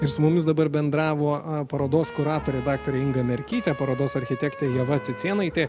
ir su mumis dabar bendravo parodos kuratorė daktarė inga merkytė parodos architektė ieva cicėnaitė